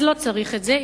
אז לא צריך את זה,